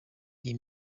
iyi